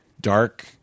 dark